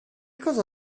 cosa